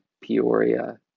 Peoria